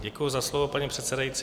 Děkuji za slovo, paní předsedající.